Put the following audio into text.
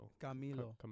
Camilo